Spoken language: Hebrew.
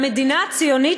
המדינה הציונית,